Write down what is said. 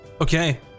Okay